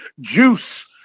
Juice